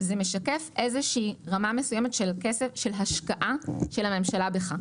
זה משקף רמה מסוימת של השקעה של הממשלה בך.